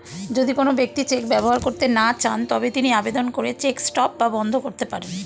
যদি কোন ব্যক্তি চেক ব্যবহার করতে না চান তবে তিনি আবেদন করে চেক স্টপ বা বন্ধ করতে পারেন